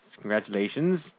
congratulations